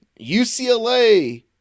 UCLA